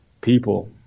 people